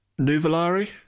Nuvolari